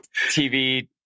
TV